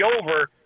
over